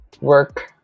work